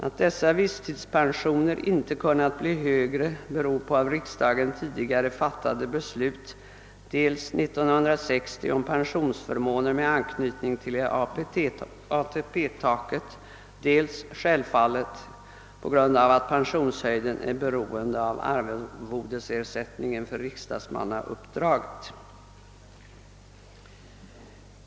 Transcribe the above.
Att visstidspensionerna inte kunnat bli högre beror på av riksdagen tidigare fattade beslut, dels 1960 om pensionsförmåner med anknytning till ATP-taket, dels — självfallet — på att pensionshöjden är beroende av arvodesersättningen för riksdagsmannauppdraget.